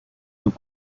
nous